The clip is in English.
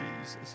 Jesus